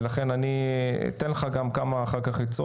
ולכן אני אתן לך גם כמה עצות.